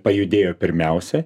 pajudėjo pirmiausia